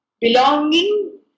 belonging